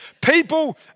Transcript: People